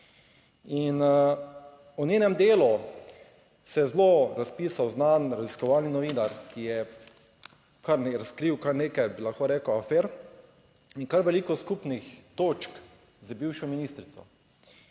In o njenem delu se je zelo razpisal znan raziskovalni novinar, ki je razkril kar nekaj, bi lahko rekel, afer in kar veliko skupnih točk z bivšo ministrico.